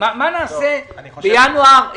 מה נעשה בינואר,